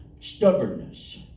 Stubbornness